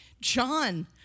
John